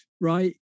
right